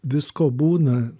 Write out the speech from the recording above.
visko būna